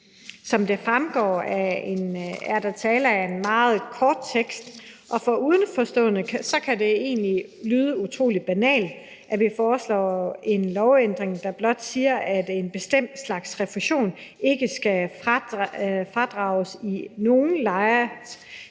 Som det fremgår, er der tale om en meget kort tekst, og for udenforstående kan det egentlig lyde utrolig banalt, at vi foreslår en lovændring, der blot siger, at en bestemt slags refusion ikke skal fradrages i nogen lejeres